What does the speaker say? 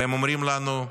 והם אומרים לנו: